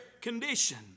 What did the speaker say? condition